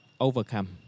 overcome